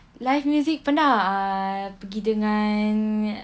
live music pernah pergi dengan